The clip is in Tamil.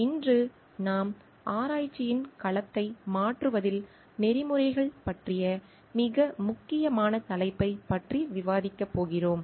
இன்று நாம் ஆராய்ச்சியின் களத்தை மாற்றுவதில் நெறிமுறைகள் பற்றிய மிக முக்கியமான தலைப்பைப் பற்றி விவாதிக்கப் போகிறோம்